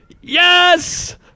yes